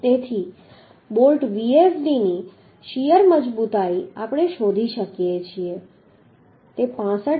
તેથી bolt Vsd ની shear મજબૂતાઈ આપણે શોધી શકીએ છીએ કે તે 65